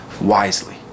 wisely